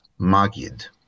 magid